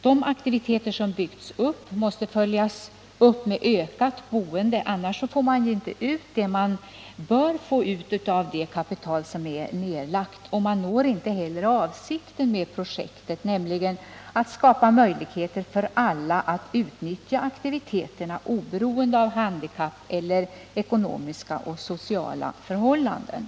De aktiviteter som byggts upp måste följas upp med ökat boende. Annars får man ju inte den avkastning som man bör få ut av det kapital som är nedlagt. Man når inte heller avsikten med projektet, nämligen att skapa möjligheter för alla att utnyttja aktiviteterna, oberoende av handikapp eller ekonomiska och sociala förhållanden.